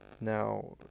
Now